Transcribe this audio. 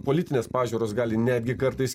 politinės pažiūros gali netgi kartais